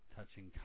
touching